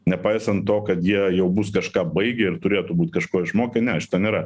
nepaisant to kad jie jau bus kažką baigę ir turėtų būt kažko išmokę ne iš ten nėra